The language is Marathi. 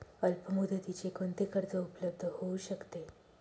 अल्पमुदतीचे कोणते कर्ज उपलब्ध होऊ शकते?